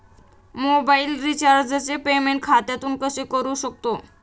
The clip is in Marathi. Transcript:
मोबाइल रिचार्जचे पेमेंट खात्यातून कसे करू शकतो?